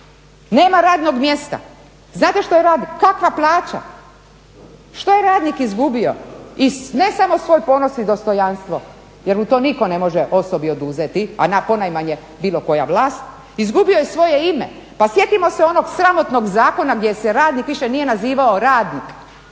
Nema radnog mjesta. Znate što je radnik, kakva plaća. Što je radnik izgubio i ne samo svoj ponos i dostojanstvo jer mu to nitko ne može osobi oduzeti a ponajmanje bilo koja vlast, izgubio je svoje ime. Pa sjetimo se onog sramotnog zakona gdje se radnik više nije nazivao radnik,